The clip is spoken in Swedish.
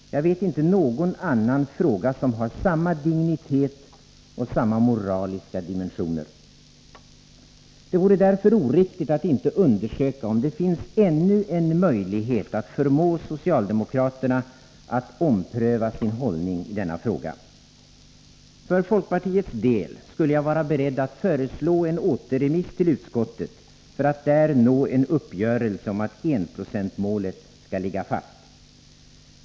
Jag vet inte någon annan fråga som har samma dignitet och samma moraliska dimensioner. Det vore därför oriktigt att inte undersöka om det finns ännu en möjlighet att förmå socialdemokraterna att ompröva sin hållning i denna fråga. För folkpartiets del skulle jag vara beredd att föreslå en återremiss till utskottet för att där nå en uppgörelse om att enprocentsmålet skall ligga fast.